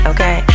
Okay